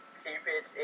stupid